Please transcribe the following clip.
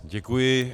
Děkuji.